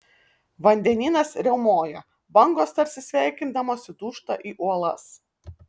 vandenynas riaumoja bangos tarsi sveikindamosi dūžta į uolas